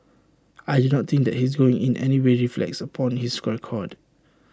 I do not think that his going in anyway reflects upon his record